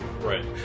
Right